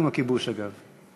אני גם בעד סיום הכיבוש, אגב.